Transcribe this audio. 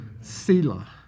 Selah